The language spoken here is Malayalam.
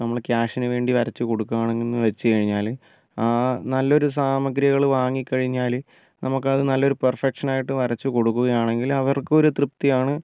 നമ്മൾ ക്യാഷിന് വേണ്ടി വരച്ച് കൊടുക്കുവാണെന്ന് വെച്ചുകഴിഞ്ഞാൽ ആ നല്ലൊരു സാമഗ്രികൾ വാങ്ങി കഴിഞ്ഞാൽ നമുക്ക് അതൊരു നല്ലൊരു പെർഫെക്ഷൻ ആയിട്ട് വരച്ച് കൊടുക്കുകയാണെങ്കിൽ അവർക്ക് ഒരു തൃപ്തിയാണ്